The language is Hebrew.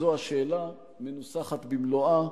זו השאלה, מנוסחת במלואה,